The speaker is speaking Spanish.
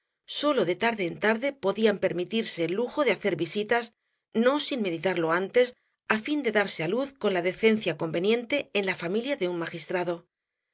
sólo de tarde en tarde podían permitirse el lujo de hacer visitas no sin meditarlo antes á fin de darse á luz con la decencia conveniente en la familia de un magistrado